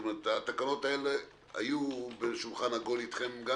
התקנות האלה היו בשולחן עגול אתכם?